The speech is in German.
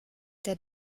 der